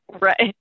Right